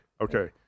Okay